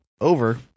over